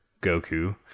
Goku